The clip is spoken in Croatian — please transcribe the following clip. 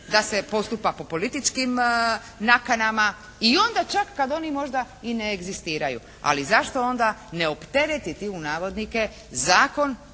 da se postupa po političkim nakanama i onda čak kad oni možda i ne egzistiraju. Ali zašto onda ne opteretiti u navodnike zakon.